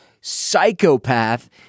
psychopath